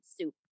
soup